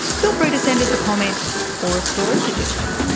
feel free to send us a comment or a story suggestion.